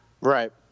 Right